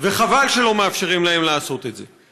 וחבל שלא מאפשרים להם לעשות את זה.